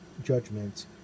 Judgments